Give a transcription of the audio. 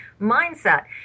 mindset